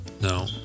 No